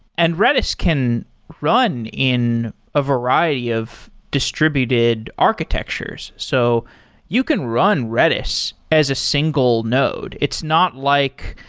and redis can run in a variety of distributed architectures. so you can run redis as a single node. it's not like